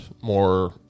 more